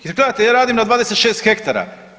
Jer gledajte ja radim na 26 hektara.